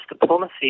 diplomacy